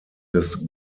des